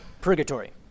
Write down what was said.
purgatory